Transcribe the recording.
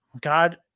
god